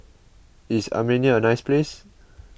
is Armenia a nice place